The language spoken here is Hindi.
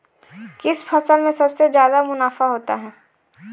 किस फसल में सबसे जादा मुनाफा होता है?